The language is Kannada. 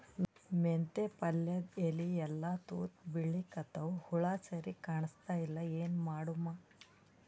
ಮೆಂತೆ ಪಲ್ಯಾದ ಎಲಿ ಎಲ್ಲಾ ತೂತ ಬಿಳಿಕತ್ತಾವ, ಹುಳ ಸರಿಗ ಕಾಣಸ್ತಿಲ್ಲ, ಏನ ಮಾಡಮು?